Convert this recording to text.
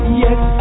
yes